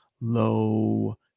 low